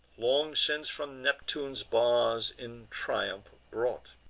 long since from neptune's bars in triumph brought.